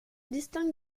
distingue